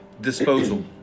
Disposal